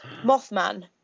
Mothman